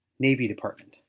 navy department,